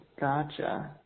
Gotcha